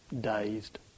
dazed